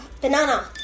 Banana